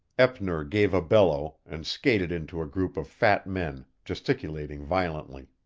eppner gave a bellow, and skated into a group of fat men, gesticulating violently.